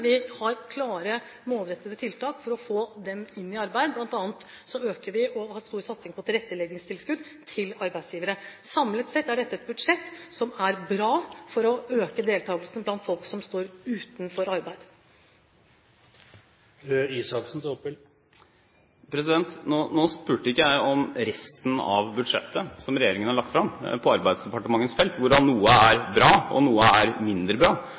tilretteleggingstilskudd til arbeidsgivere. Samlet sett er dette et budsjett som er bra for å øke deltakelsen for folk som står utenfor arbeid. Nå spurte ikke jeg om resten av budsjettet som regjeringen har lagt fram på Arbeidsdepartementets felt. Noe av det er bra, noe er mindre bra, og noe er